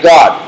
God